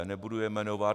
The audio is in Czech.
Nebudu je jmenovat.